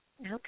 Okay